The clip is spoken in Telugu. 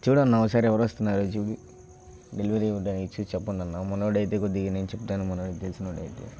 చూడన్నా ఒకసారి ఎవరొస్తున్నారో చూపి డెలివరీ చూసి చెప్పండి అన్నా మనోడు అయితే కొద్దిగా నేను చెప్తాను మనోడికి తెలిసినోడు అయితే